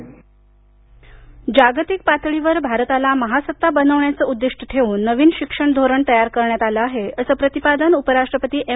शिक्षण धोरण जागतिक पातळीवर भारताला महासत्ता बनवण्याचे उद्दिष्ट ठेवून नवीन शिक्षण धोरण तयार करण्यात आलं आहे असं प्रतिपादन उपराष्ट्रपती एम